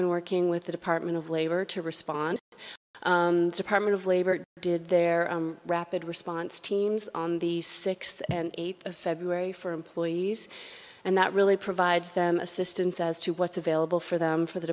been working with the department of labor to respond department of labor did their rapid response teams on the sixth and eighth of february for employees and that really provides them assistance as to what's available for them for the